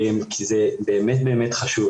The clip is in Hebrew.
כי זה באמת באמת חשוב.